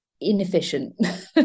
inefficient